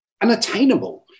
unattainable